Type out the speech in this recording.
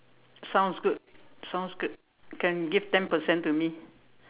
sounds good sounds good can give ten percent to me